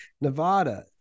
Nevada